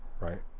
right